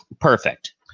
Perfect